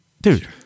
Dude